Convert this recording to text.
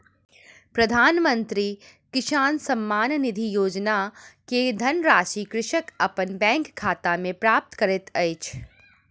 प्रधानमंत्री किसान सम्मान निधि योजना के धनराशि कृषक अपन बैंक खाता में प्राप्त करैत अछि